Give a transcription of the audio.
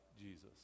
Jesus